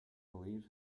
believe